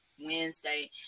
wednesday